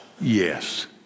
Yes